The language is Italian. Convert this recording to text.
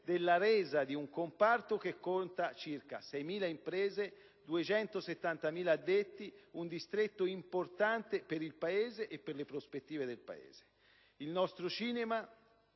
della resa di un comparto che conta circa 6.000 imprese, 270.000 addetti, un distretto importante per il Paese e per le sue prospettive: il nostro cinema,